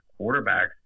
quarterbacks